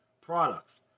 products